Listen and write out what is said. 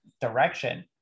direction